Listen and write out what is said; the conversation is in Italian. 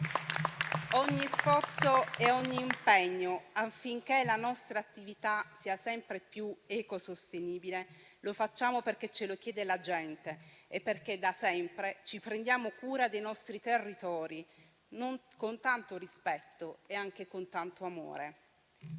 Ogni sforzo e ogni impegno affinché la nostra attività sia sempre più ecosostenibile li compiamo perché ce lo chiede la gente e perché da sempre ci prendiamo cura dei nostri territori, con tanto rispetto e anche con tanto amore.